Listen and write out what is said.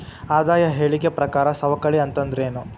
ಆದಾಯ ಹೇಳಿಕಿ ಪ್ರಕಾರ ಸವಕಳಿ ಅಂತಂದ್ರೇನು?